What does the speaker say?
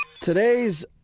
Today's